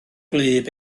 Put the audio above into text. gwlyb